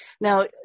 Now